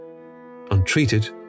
Untreated